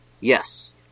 Yes